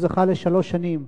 והוא זכה לשלוש שנים,